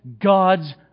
God's